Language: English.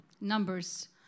numbers